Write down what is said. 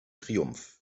triumph